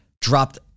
dropped